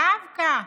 דווקא.